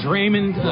Raymond